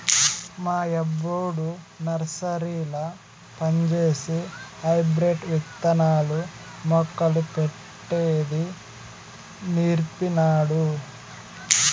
మా యబ్బొడు నర్సరీల పంజేసి హైబ్రిడ్ విత్తనాలు, మొక్కలు పెట్టేది నీర్పినాడు